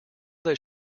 that